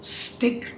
stick